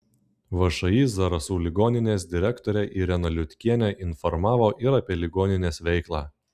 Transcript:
všį zarasų ligoninės direktorė irena liutkienė informavo ir apie ligoninės veiklą